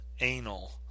anal